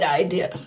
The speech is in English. idea